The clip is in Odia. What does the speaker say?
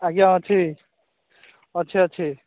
ଆଜ୍ଞା ଅଛି ଅଛି ଅଛି